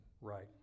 Right